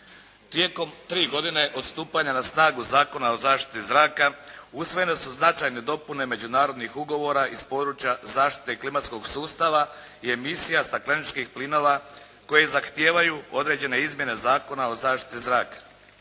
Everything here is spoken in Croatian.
Tijekom 3 godine od stupanja na snagu Zakona o zaštiti zraka usvojene su značajne dopune međunarodnog ugovora iz područja zaštite klimatskog sustava i emisija stakleničkih plinova koje zahtijevaju određene izmjene Zakona o zaštiti zraka.